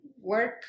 work